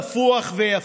נפוח ויפה.